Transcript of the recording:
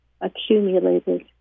accumulated